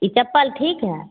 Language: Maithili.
ई चप्पल ठीक हइ